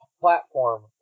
platform